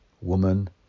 Woman